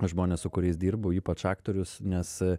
žmones su kuriais dirbu ypač aktorius nes